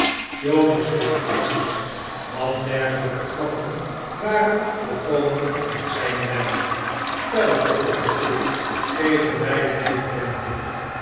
jonas lachte hartelijk want dergelijke grappen waren volkomen in zijn lijri verder vervolgde tigg geven wij